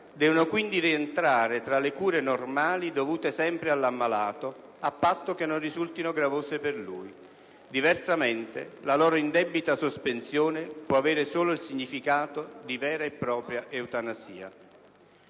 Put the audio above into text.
devono quindi rientrare tra le cure normali dovute sempre all'ammalato, a patto che non risultino gravose per lui. Diversamente, la loro indebita sospensione può avere solo il significato di vera e propria eutanasia».